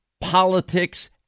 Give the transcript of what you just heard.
politics